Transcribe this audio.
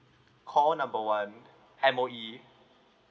call number one M_O_E